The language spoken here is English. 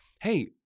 hey